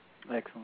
Excellent